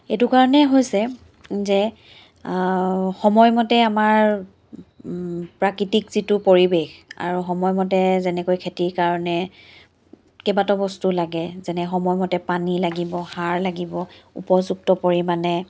এইটো কাৰণে হৈছে যে সময়মতে আমাৰ প্ৰাকৃতিক যিটো পৰিৱেশ আৰু সময়মতে যেনেকৈ খেতিৰ কাৰণে কেইবাটাও বস্তু লাগে যেনে সময়মতে পানী লাগিব সাৰ লাগিব উপযুক্ত পৰিমাণে